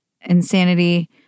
insanity